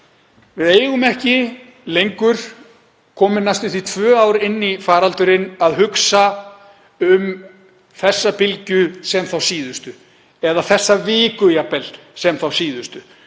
Við eigum ekki lengur, komin næstum því tvö ár inn í faraldurinn, að hugsa um þessa bylgju sem síðustu eða þessa viku jafnvel sem þá síðustu